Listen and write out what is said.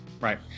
Right